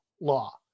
law